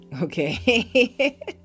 Okay